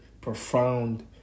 profound